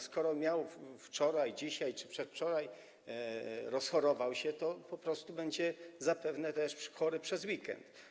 Skoro wczoraj, dzisiaj czy przedwczoraj rozchorował się, to po prostu będzie zapewne też chory przez weekend.